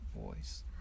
voice